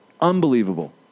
Unbelievable